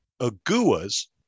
Aguas